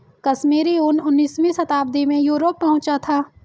कश्मीरी ऊन उनीसवीं शताब्दी में यूरोप पहुंचा था